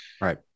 Right